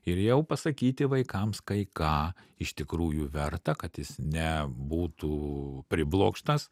ir jau pasakyti vaikams kai ką iš tikrųjų verta kad jis nebūtų priblokštas